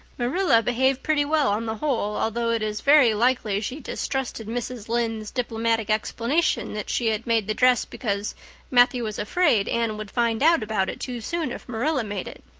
marilla behaved pretty well on the whole, although it is very likely she distrusted mrs. lynde's diplomatic explanation that she had made the dress because matthew was afraid anne would find out about it too soon if marilla made it.